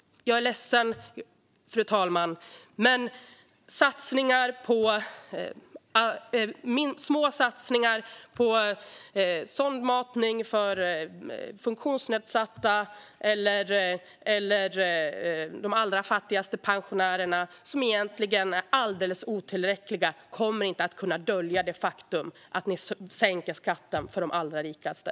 Jag är ledsen att behöva säga det, men små och alldeles otillräckliga satsningar på sondmatning för funktionsnedsatta eller på de allra fattigaste pensionärerna kommer inte att kunna dölja det faktum att ni sänker skatten för de allra rikaste.